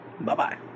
Bye-bye